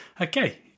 okay